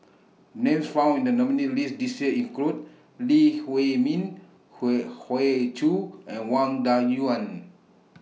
Names found in The nominees' list This Year include Lee Huei Min Hoey Hoey Choo and Wang Dayuan